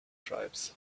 tribes